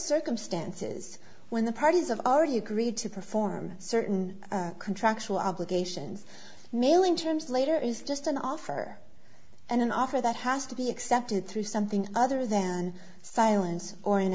circumstances when the parties have already agreed to perform certain contractual obligations mailing terms later is just an offer and an offer that has to be accepted through something other than silence or